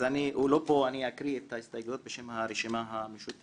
אז הוא לא פה ואני אקריא את ההסתייגויות בשם הרשימה המשותפת.